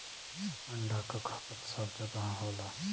अंडा क खपत सब जगह होला